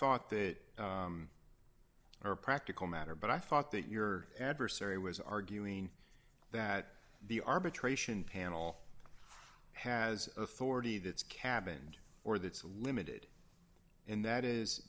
thought that are a practical matter but i thought that your adversary was arguing that the arbitration panel has authority that's cabined or that's limited and that is